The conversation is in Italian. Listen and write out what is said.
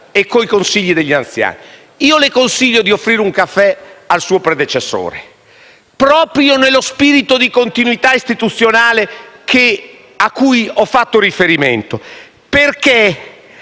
e con i consigli degli anziani). Le consiglio di offrire un caffè al suo predecessore, proprio nello spirito di continuità istituzionale a cui ho fatto riferimento, perché